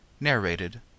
Narrated